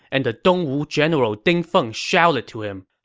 and the dongwu general ding feng shouted to him,